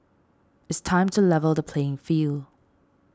it's time to level the playing field